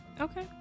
Okay